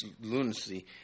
lunacy